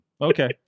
Okay